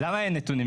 למה אין נתונים?